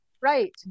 Right